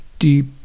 deep